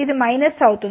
ఇది మైనస్ అవుతుంది